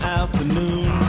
afternoon